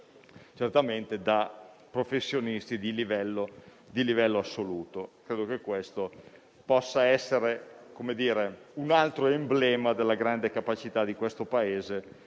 analizzate da professionisti di livello assoluto. Credo che questo possa essere un altro emblema della grande capacità di questo Paese